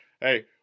hey